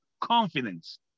Confidence